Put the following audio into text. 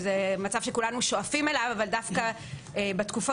זה מצב שכולנו שואפים אליו אבל דווקא בתקופות